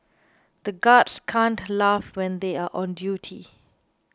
the guards can't laugh when they are on duty